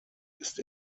ist